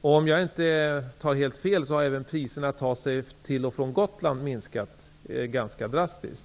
Om jag inte tar helt fel har även priserna för att ta sig till och från Gotland minskat ganska drastiskt.